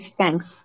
thanks